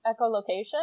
echolocation